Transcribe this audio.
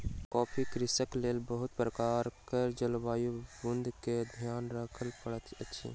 coffee कृषिक लेल बहुत प्रकारक जलवायु बिंदु के ध्यान राखअ पड़ैत अछि